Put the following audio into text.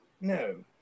No